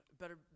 better